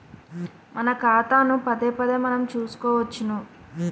మన ఖాతాను పదేపదే మనం చూసుకోవచ్చును